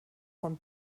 von